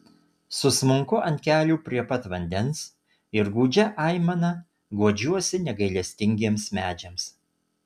susmunku ant kelių prie pat vandens ir gūdžia aimana guodžiuosi negailestingiems medžiams